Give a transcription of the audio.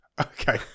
okay